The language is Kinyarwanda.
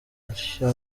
atyo